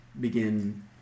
begin